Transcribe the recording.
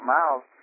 Miles